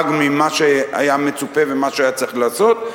ממה שהיה מצופה וממה שהיה צריך לעשות,